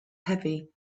heavy